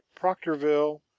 Proctorville